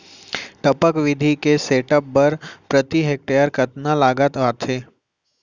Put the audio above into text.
टपक विधि के सेटअप बर प्रति हेक्टेयर कतना लागत आथे?